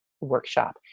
workshop